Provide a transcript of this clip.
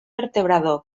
vertebrador